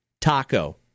taco